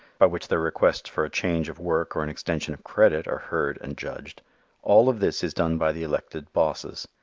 by which their requests for a change of work or an extension of credit are heard and judged all of this is done by the elected bosses.